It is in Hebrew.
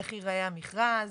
איך ייראה המכרז,